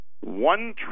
One